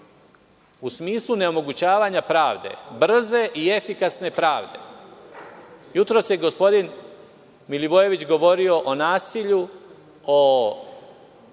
u smislu neomogućavanja pravde, brze i efikasne pravde. Jutros je gospodin Milivojević govorio o nasilju, o